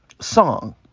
song